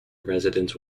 residents